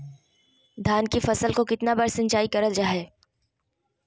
धान की फ़सल को कितना बार सिंचाई करल जा हाय?